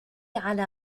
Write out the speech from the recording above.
على